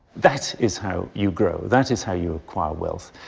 that is how you grow that is how you acquire wealth.